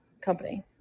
company